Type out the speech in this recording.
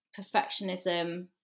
perfectionism